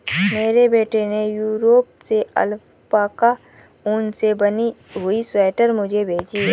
मेरे बेटे ने यूरोप से अल्पाका ऊन से बनी हुई स्वेटर मुझे भेजी है